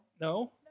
No